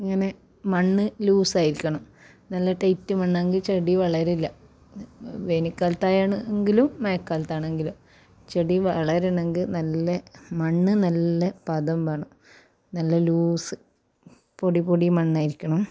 ഇങ്ങനെ മണ്ണ് ലൂസ് ആയിരിക്കണം നല്ല ടൈറ്റ് മണ്ണ് ആണെങ്കിൽ ചെടി വളരില്ല വേനൽക്കാലത്ത് ആയാണ് എങ്കിലും മഴക്കാലത്ത് ആണെങ്കിലും ചെടി വളരണമെങ്കിൽ നല്ല മണ്ണ് നല്ല പതം വരണം നല്ല ലൂസ് പൊടി പൊടി മണ്ണായിരിക്കണം